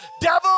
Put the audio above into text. devil